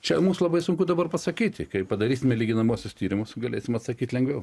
čia mums labai sunku dabar pasakyti kai padarysime lyginamuosius tyrimus galėsim atsakyt lengviau